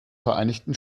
vereinigten